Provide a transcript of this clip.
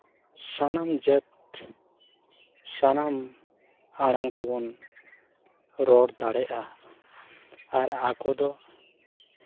ᱥᱟᱱᱟᱢ ᱡᱟᱹᱛ ᱥᱟᱱᱟᱢ ᱟᱲᱟᱝ ᱛᱮᱵᱚᱱ ᱨᱚᱲ ᱫᱟᱲᱮᱜᱼᱟ ᱟᱨ ᱟᱠᱚᱫᱚ